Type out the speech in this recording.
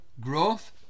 Growth